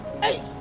Hey